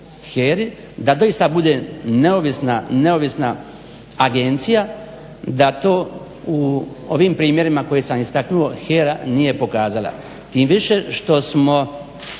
da doista bude neovisna agencija, da to u ovim primjerima koje sam istaknuo HERA nije pokazala tim više što smo